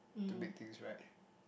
to make things right